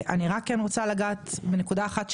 אני רק רוצה לגעת בנקודה אחת,